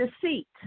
deceit